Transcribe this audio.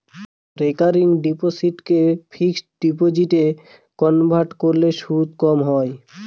recurring ডিপোসিটকে fixed ডিপোজিটে convert করলে সুদ কম হয়